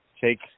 take